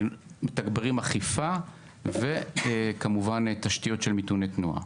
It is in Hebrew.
מתגברים אכיפה וכמובן עושים תשתיות של מיתוני תנועה.